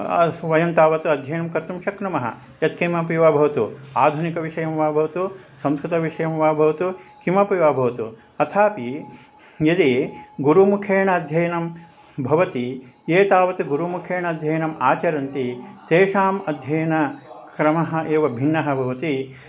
वयं तावत् अध्ययनं कर्तुं शक्नुमः यत्किमपि वा भवतु आधुनिकविषयं वा भवतु संस्कृतविषयं वा भवतु किमपि वा भवतु अथापि यदि गुरुमुखेन अध्ययनं भवति ये तावत् गुरुमुखेन अध्ययनं आचरन्ति तेषाम् अध्ययनक्रमः एव भिन्नः भवति